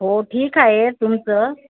हो ठीक आहे तुमचं